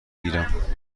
گیرم